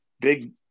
big